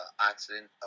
accident